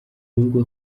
avuga